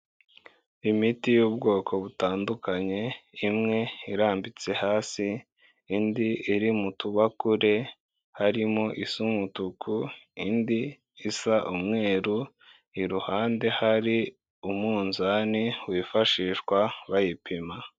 Imiti y'ubwoko butandukanye imwe irambitse hasi indi iri mu tubakure harimo isa umutuku indi isa umweru, iruhande hari umunzani wifashishwa bayipima.